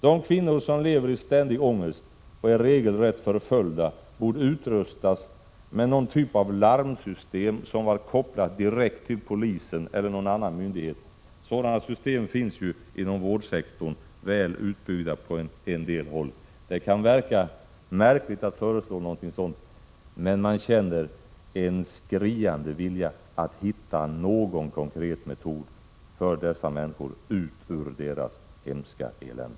De kvinnor som lever i ständig ångest och som är regelrätt förföljda borde utrustas med någon typ av larmsystem som är kopplat direkt till polisen eller till någon annan instans. Sådana system finns inom vårdsektorn och är väl utbyggda på en del håll. Det kan verka märkligt att föreslå någonting dylikt, men man känner ett skriande behov av att hitta någon konkret metod att hjälpa dessa människor ut ur deras hemska elände.